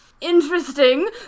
interesting